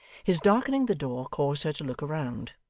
his darkening the door caused her to look round.